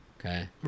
Okay